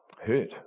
hurt